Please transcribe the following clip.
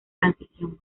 transición